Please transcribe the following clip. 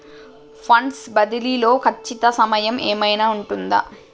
Funds బదిలీ లో ఖచ్చిత సమయం ఏమైనా ఉంటుందా?